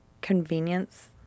convenience